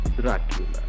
Dracula